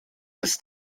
des